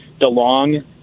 DeLong